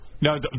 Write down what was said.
No